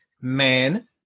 man